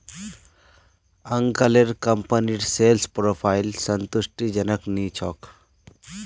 अंकलेर कंपनीर sales profile संतुष्टिजनक नी छोक